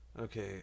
okay